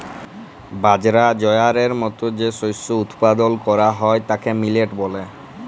বাজরা, জয়ারের মত যে শস্য উৎপাদল ক্যরা হ্যয় তাকে মিলেট ব্যলে